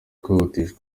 kwihutisha